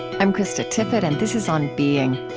i'm krista tippett, and this is on being.